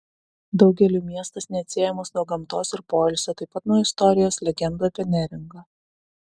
daugeliui miestas neatsiejamas nuo gamtos ir poilsio taip pat nuo istorijos legendų apie neringą